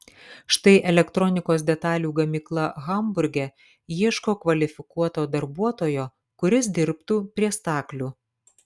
štai elektronikos detalių gamykla hamburge ieško kvalifikuoto darbuotojo kuris dirbtų prie staklių